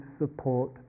support